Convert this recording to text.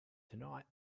tonight